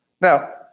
Now